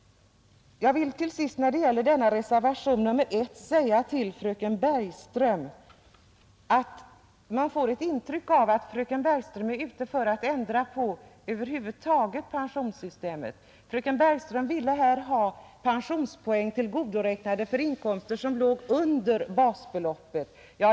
Jag vill till sist när det gäller reservationen 1 säga till fröken Bergström, att man får ett intryck av att fröken Bergström är ute för att ändra på pensionssystemet över huvud taget. Fröken Bergström ville ha pensionspoäng tillgodoräknade för inkomster, som låg under basbeloppet.